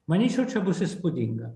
manyčiau čia bus įspūdinga